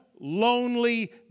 lonely